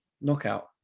knockout